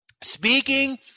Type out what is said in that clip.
Speaking